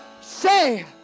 Say